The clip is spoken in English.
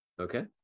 Okay